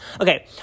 Okay